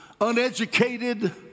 uneducated